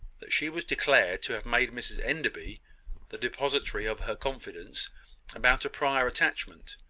that she was declared to have made mrs enderby the depository of her confidence about a prior attachment.